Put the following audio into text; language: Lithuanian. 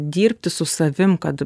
dirbti su savim kad ir